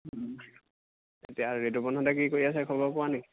এতিয়া ঋতুপণহঁতে কি কৰি আছে খবৰ পোৱানি